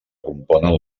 componen